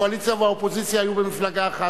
הקואליציה והאופוזיציה היו במפלגה אחת,